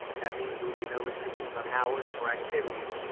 that means there will be no restrictions on ours or activities,